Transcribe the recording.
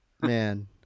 man